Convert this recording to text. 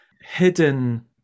hidden